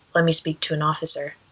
let me speak to an officer.